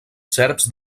serps